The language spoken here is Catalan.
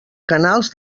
canals